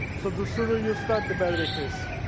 so the sooner you start, the better it is.